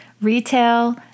Retail